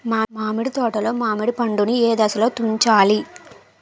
మామిడి తోటలో మామిడి పండు నీ ఏదశలో తుంచాలి?